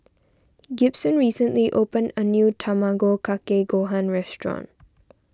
Gibson recently opened a new Tamago Kake Gohan restaurant